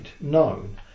known